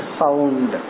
sound